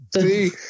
See